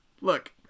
Look